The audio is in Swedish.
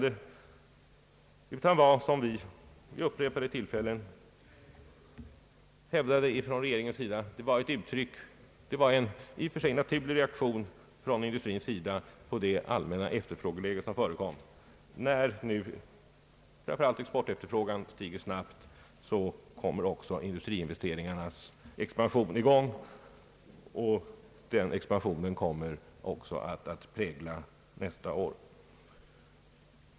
Den rådande situationen var i stället som vid upprepade tillfällen hävdats från regeringens sida ett uttryck för en i och för sig naturlig reaktion från industrins sida på det allmänna efterfrågeläge som förelåg. När nu framför allt exportefterfrågan stiger snabbt kommer också industriinvesteringarnas expansion i gång och den kommer också att prägla läget nästa år.